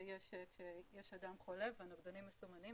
כשיש אדם חולה והנוגדנים מסומנים,